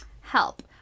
Help